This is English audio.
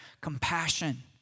compassion